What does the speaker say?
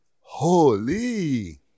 Holy